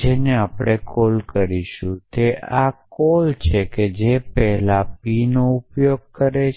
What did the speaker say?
જેને આપણે કોલ કરીશું તે આ કોલ છે જે પહેલા pનો ઉપયોગ કરે છે